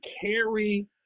carry